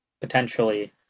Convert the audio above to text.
Potentially